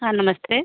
हाँ नमस्ते